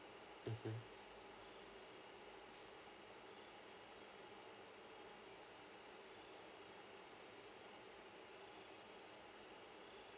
mm